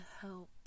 help